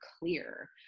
clear